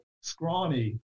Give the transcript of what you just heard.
scrawny